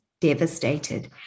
devastated